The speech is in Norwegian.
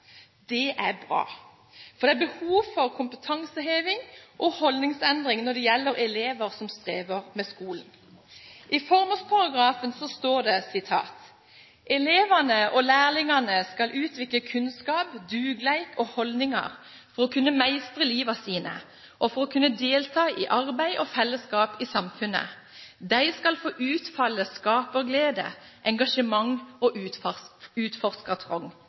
Det er bra, for det er behov for kompetanseheving og holdningsendring når det gjelder elever som strever med skolen. I formålsparagrafen står det: «Elevane og lærlingane skal utvikle kunnskap, dugleik og holdningar for å kunne meistre liva sine og for å kunne delta i arbeid og fellesskap i samfunnet. Dei skal få utfalde skaparglede, engasjement og